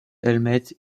helmet